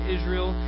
Israel